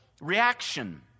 reaction